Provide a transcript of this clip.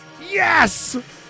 Yes